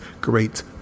great